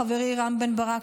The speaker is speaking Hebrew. חברי רם בן ברק,